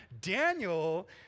Daniel